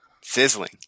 sizzling